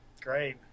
great